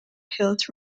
hills